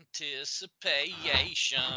anticipation